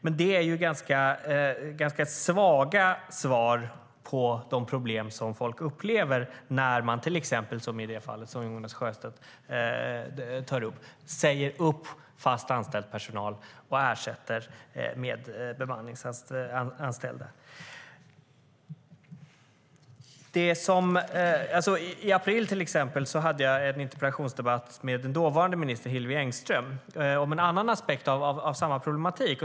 Men det är ju ganska svaga svar på de problem som folk upplever när man till exempel, som i det fall Jonas Sjöstedt tar upp, säger upp fast anställd personal och ersätter den med bemanningsanställda. I april hade jag en interpellationsdebatt med den dåvarande arbetsmarknadsministern Hillevi Engström om en annan aspekt av samma problem.